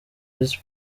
visi